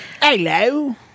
Hello